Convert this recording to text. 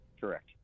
Correct